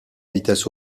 vitesses